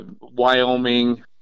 Wyoming